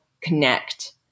connect